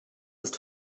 ist